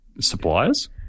suppliers